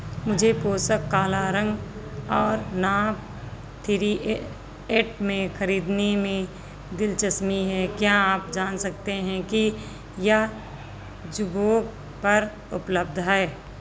मुझे पोशाक काला रंग और नाप थ्री ए एट में खरीदने में दिलचस्पी है क्या आप जान सकते हैं कि यह पर उपलब्ध है